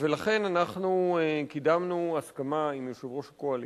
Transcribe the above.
לכן אנחנו קידמנו הסכמה עם יושב-ראש הקואליציה,